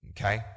Okay